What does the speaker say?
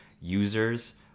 users